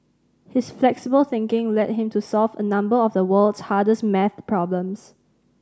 his flexible thinking led him to solve a number of the world's hardest maths problems